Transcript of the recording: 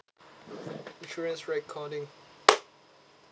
insurance recording